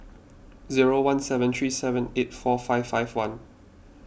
zero one seven three seven eight four five five one